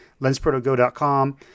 lensprotogo.com